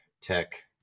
tech